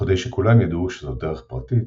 וכדי שכלם ידעו שזאת דרך פרטית,